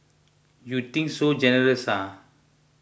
you think so generous ah